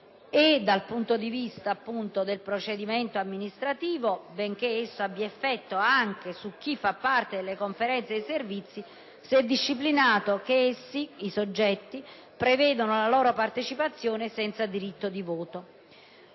Dal punto di vista del procedimento amministrativo, benché esso abbia effetto anche su chi fa parte della conferenza di servizi, si è disciplinato che taluni soggetti partecipino senza diritto di voto.